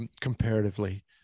comparatively